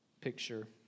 picture